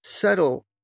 settle